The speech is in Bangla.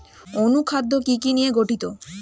অনুখাদ্য কি কি নিয়ে গঠিত?